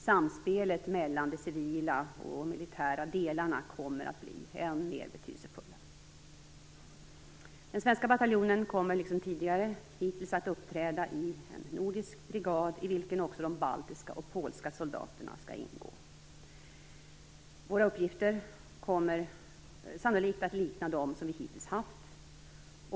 Samspelet mellan de civila och militära delarna kommer att bli än mer betydelsefullt. Den svenska bataljonen kommer liksom hittills att uppträda i en nordisk brigad i vilken också de baltiska och polska soldaterna skall ingå. Våra uppgifter kommer sannolikt att likna dem som vi hittills haft.